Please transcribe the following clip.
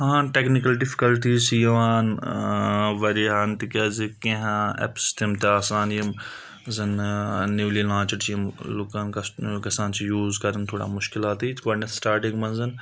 آ technical difficulties چھِ یِوان واریاہَن تِکیٛازِ کیٚنٛہہ ایپٕس تِم تہِ آسان یِم زَن نِولی لانچڈ چھِ یِم لوٗکَن کَسٹ گژھان چھِ یوٗز کَرٕنۍ تھوڑا مُشکِلاتٕے گۄڈٕنؠتھ سِٹاٹِنٛگ منٛز